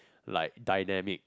like dynamic